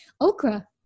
okra